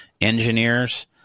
engineers